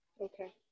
Okay